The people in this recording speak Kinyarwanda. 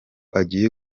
agiye